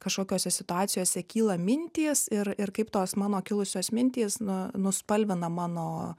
kažkokiose situacijose kyla mintys ir ir kaip tos mano kilusios mintys nu nuspalvina mano